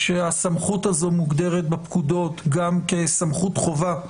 שהסמכות הזאת מוגדרת בפקודות גם כסמכות חובה,